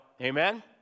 amen